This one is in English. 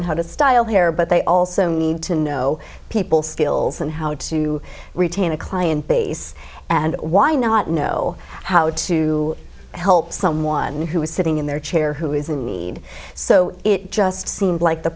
and how to style hair but they also need to know people skills and how to retain a client base and why not know how to help someone who is sitting in their chair who is a need so it just seemed like the